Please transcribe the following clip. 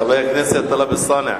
חבר הכנסת טלב אלסאנע,